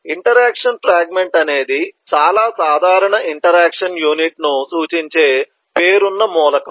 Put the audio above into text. interaction fragment అనేది చాలా సాధారణ ఇంటరాక్షన్ యూనిట్ను సూచించే పేరున్న మూలకం